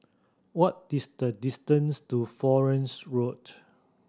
what is the distance to Florence Road